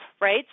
right